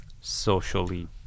socially